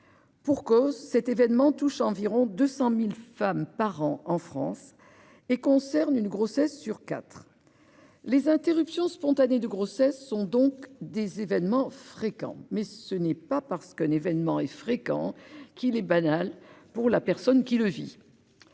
Pour cause, cet événement touche environ 200 000 femmes par an en France et concerne une grossesse sur quatre. Les interruptions spontanées de grossesse (ISG) sont donc des événements fréquents. Mais ce n'est pas parce qu'un événement est fréquent qu'il est banal pour la personne qui le vit.